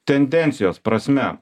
tendencijos prasme